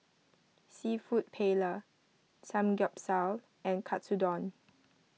Seafood Paella Samgeyopsal and Katsudon